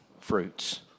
fruits